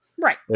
Right